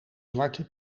zwarte